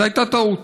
זו הייתה טעות,